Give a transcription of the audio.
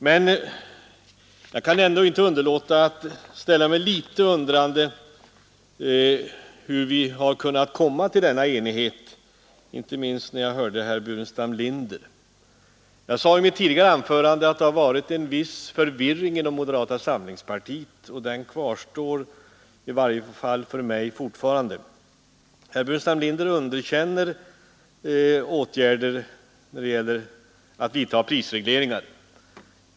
Men jag kan ändå inte underlåta att ställa mig litet undrande till hur vi har kunnat komma till denna enighet, inte minst när jag hörde herr Burenstam Linder. Jag sade i mitt tidigare anförande att det rått en viss förvirring inom moderata samlingspartiet, och detta intryck kvarstår i varje fall för mig fortfarande. Herr Burenstam Linder underkänner åtgärder när det gäller att vidta prisregleringar.